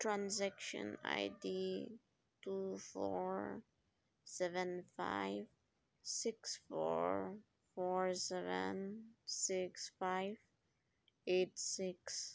transaction ID two four seven five six four four seven six five eight six